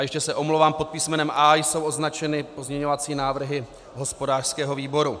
Ještě se omlouvám, pod písmenem A jsou označeny pozměňovací návrhy hospodářského výboru.